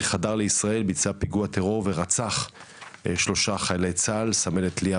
חדר לישראל וביצע פיגוע טרור ורצח שלושה חיילי צה"ל: סמלת ליה